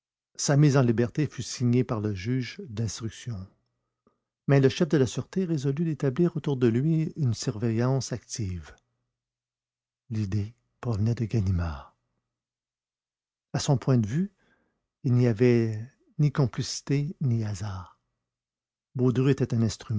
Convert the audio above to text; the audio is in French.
sa mise en liberté fut signée par le juge d'instruction mais le chef de la sûreté résolut d'établir autour de lui une surveillance active l'idée provenait de ganimard à son point de vue il n'y avait ni complicité ni hasard baudru était